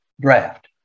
draft